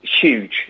Huge